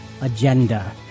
agenda